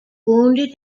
wounded